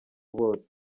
bose